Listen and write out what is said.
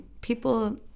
people